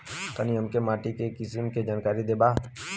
तनि हमें माटी के किसीम के जानकारी देबा?